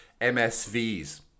MSVs